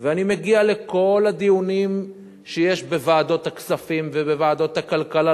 ואני מגיע לכל הדיונים שיש בוועדת הכספים ובוועדת הכלכלה,